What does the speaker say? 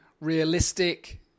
realistic